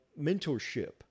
mentorship